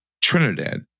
Trinidad